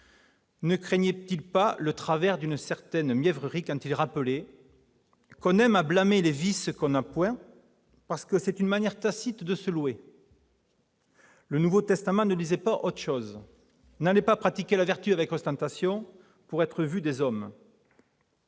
ne craignait-il pas le travers d'une certaine mièvrerie en écrivant :« On aime à blâmer les vices que l'on n'a point, parce que c'est une manière tacite de se louer. » Le Nouveau Testament ne disait pas autre chose :« N'allez pas pratiquer la vertu avec ostentation pour être vu des hommes. »